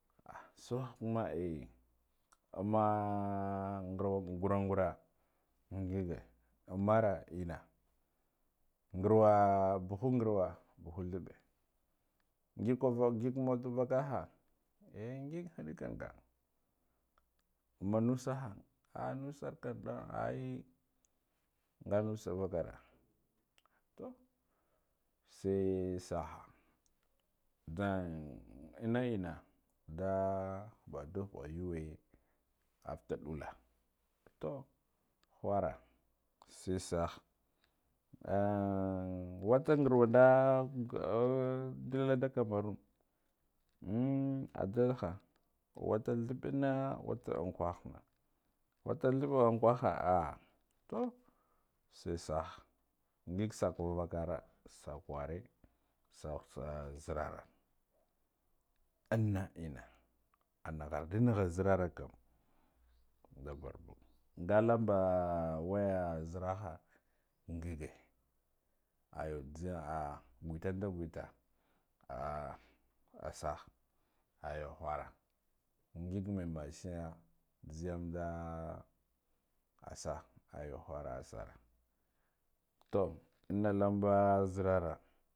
Ahha suha kuma eh, amma ngarwa ngura ngura ngige ammara enna, ngarwa bubu ngarwa buha thabbe ngig kubb ngig motor vakaha eh ngig hidikon ga, amma na saha ah nusar kam ai nga nusa vakara to sai soha ndu ma enna nda baduha yuwe after laka toh khara sai saha an water ngarwa dalda kameroon adalha watu thabbe na wata unkwakha na wata thabbe unkwakha ah, to sai saha ngig sako vakura akh warge sahtsa zarara anna enna anu gharde nagha zarara kam nde barbag nga lamba, waya nzeraho ngige ayu nzeya ah ngwe tan da ngweta, asah aya khara ngig mai mashen nzeyom du asah ayu khara asaha to anna